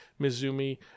Mizumi